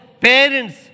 parents